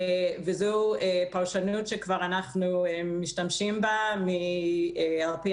וזו פרשנות שאנחנו משתמשים בה על-פי